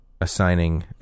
assigning